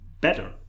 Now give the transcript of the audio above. better